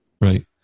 right